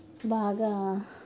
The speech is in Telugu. బాగా